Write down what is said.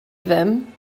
ddim